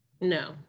no